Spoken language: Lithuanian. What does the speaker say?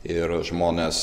ir žmonės